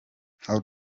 how